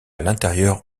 l’intérieur